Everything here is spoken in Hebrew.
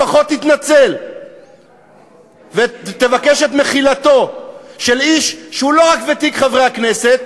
לפחות תתנצל ותבקש את מחילתו של איש שהוא לא רק ותיק חברי הכנסת,